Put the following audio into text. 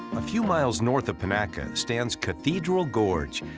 a few miles north of panaca stands cathedral gorge.